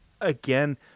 again